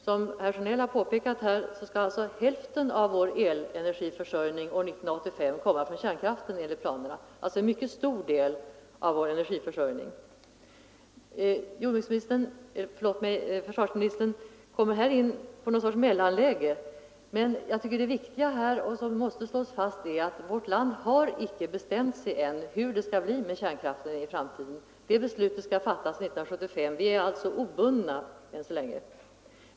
Som herr Sjönell påpekat skall hälften av vår elenergiförsörjning år 1985 komma från kärnkraften enligt planerna, alltså en mycket stor del av vår energiförsörjning. Försvarsministern kommer här in på något slags mellanläge, men jag tycker det viktiga och det som måste slås fast är att vårt land har icke bestämt sig än för hur det skall bli med kärnkraften i framtiden. Det beslutet skall fattas 1975. Vi är alltså obundna än så länge.